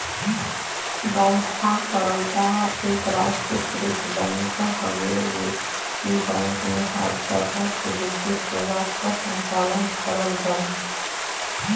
bank of Baroda एक राष्ट्रीयकृत bank हउवे इ बैंक में हर तरह क वित्तीय सेवा क संचालन करल जाला